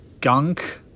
gunk